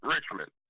Richmond